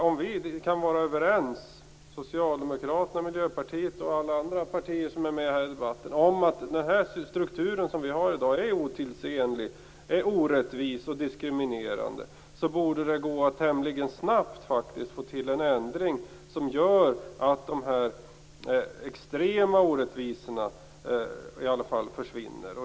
Om vi kan vara överens - Socialdemokraterna, Miljöpartiet och alla andra partier som är med i den här debatten - om att den struktur vi har i dag är otidsenlig, orättvis och diskriminerande borde det gå tämligen snabbt att få till en ändring som gör att i alla fall de extrema orättvisorna försvinner.